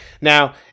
Now